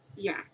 Yes